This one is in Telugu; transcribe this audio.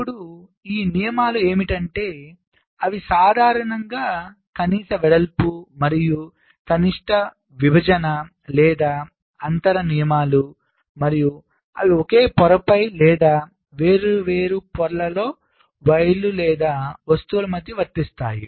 ఇప్పుడు ఈ నియమాలు ఏమిటంటే అవి సాధారణంగా కనీస వెడల్పు మరియు కనిష్ట విభజన లేదా అంతరం నియమాలు మరియు అవి ఒకే పొరపై లేదా వేర్వేరు పొరలలో వైర్లు లేదా వస్తువుల మధ్య వర్తిస్తాయి